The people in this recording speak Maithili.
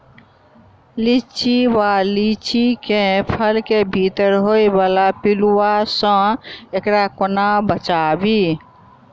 लिच्ची वा लीची केँ फल केँ भीतर होइ वला पिलुआ सऽ एकरा कोना बचाबी?